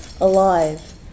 alive